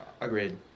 agreed